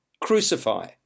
crucify